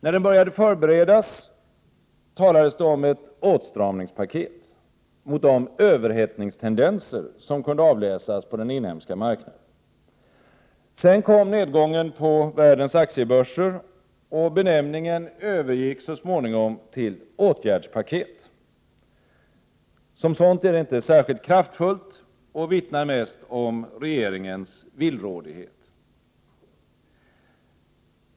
När den började förberedas, talades det om ett åtstramningspaket mot de överhettningstendenser som kunde avläsas på den inhemska marknaden. Sedan kom nedgången på världens aktiebörser, och regeringen övergick så småningom till benämningen åtgärdspaket. Som sådant är det inte särskilt kraftfullt och vittnar mest om regeringens villrådighet.